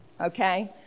Okay